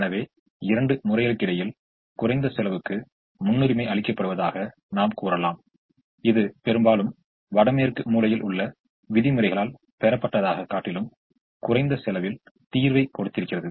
எனவே இரண்டு முறைகளுக்கிடையில் குறைந்த செலவுக்கு முன்னுரிமை அளிக்கப்படுவதாக நாம் கூறலாம் இது பெரும்பாலும் வடமேற்கு மூலையில் உள்ள விதிமுறைகளால் பெறப்பட்டதைக் காட்டிலும் குறைந்த செலவில் தீர்வைக் கொடுத்திருக்கிறது